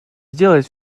сделает